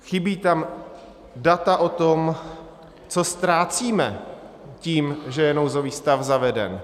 Chybí tam data o tom, co ztrácíme tím, že je nouzový stav zaveden.